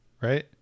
right